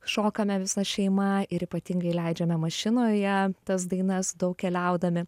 šokame visa šeima ir ypatingai leidžiame mašinoje tas dainas daug keliaudami